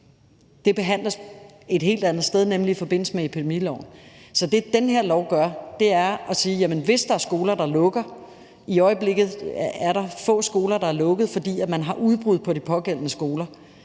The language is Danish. Det behandles et helt andet sted, nemlig i forbindelse med epidemiloven. Så det, den her lov gør, er at sige, at hvis der er skoler, der lukker – i øjeblikket er det få skoler, der er lukkede, fordi de har udbrud på de pågældende skoler